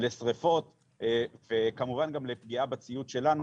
לשריפות וכמובן גם לפגיעה בציוד שלנו.